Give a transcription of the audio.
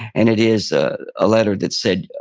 and it is ah a letter that said,